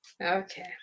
Okay